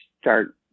start